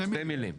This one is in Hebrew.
שתי מילים.